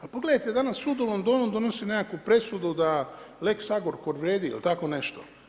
A pogledajte danas sud u Londonu donosi nekakvu presudu da Lex Agrokor vrijedi, jel' tako nešto.